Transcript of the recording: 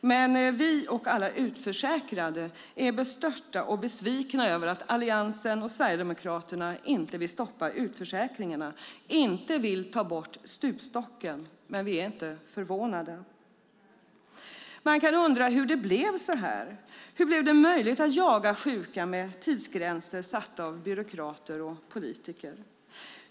Men vi och alla utförsäkrade är bestörta och besvikna över att Alliansen och Sverigedemokraterna inte vill stoppa utförsäkringarna, inte vill ta bort stupstocken. Men vi är inte förvånade. Man kan undra hur det blev så här. Hur blev det möjligt att jaga sjuka med tidsgränser satta av byråkrater och politiker?